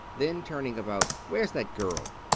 then, turning about, where's that girl?